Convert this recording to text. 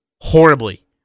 horribly